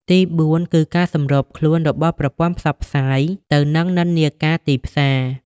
ទីបួនគឺការសម្របខ្លួនរបស់ប្រព័ន្ធផ្សព្វផ្សាយទៅនឹងនិន្នាការទីផ្សារ។